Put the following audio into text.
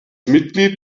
mitglied